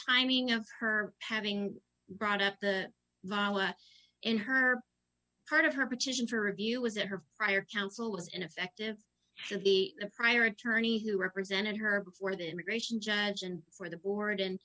timing of her having brought up the law in her part of her petition for review was that her prior counsel was ineffective and the the prior attorney who represented her for the immigration judge and for the board and